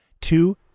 Two